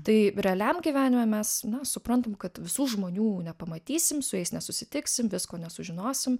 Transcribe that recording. tai realiam gyvenime mes suprantam kad visų žmonių nepamatysim su jais nesusitiksim visko nesužinosim